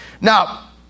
Now